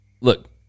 Look